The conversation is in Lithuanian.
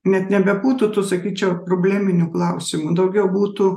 net nebebūtų tų sakyčiau probleminių klausimų daugiau būtų